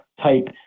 type